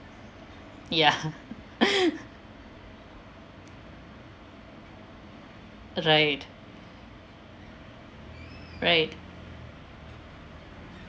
ya right right